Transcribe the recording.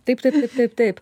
taip taip taip taip